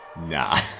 nah